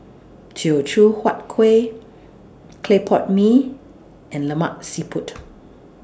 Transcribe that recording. Teochew Huat Kueh Clay Pot Mee and Lemak Siput